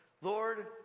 Lord